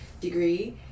degree